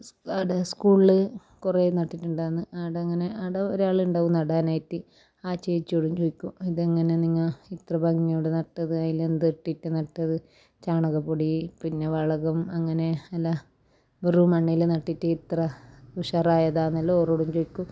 അവിടെ സ്കൂളിൽ കുറേ നട്ടിട്ടുണ്ടായിരുന്നു അവിടെ അങ്ങനെ അവിടെ ഒരാൾ ഉണ്ടാവും നടാനായിട്ട് ആ ചേച്ചിയോടും ചോദിക്കും ഇതെങ്ങനെയാണ് നിങ്ങൾ ഇത്ര ഭംഗിയോടെ നട്ടത് അതിൽ എന്തിട്ടിട്ടാണ് നട്ടത് ചാണകപ്പൊടി പിന്ന വളകം അങ്ങനെ എല്ലാം വെറും മണ്ണിൽ നട്ടിട്ട് ഇത്ര ഉഷാറായതാന്നല്ലോ ഓറോടും ചോദിക്കും